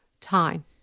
time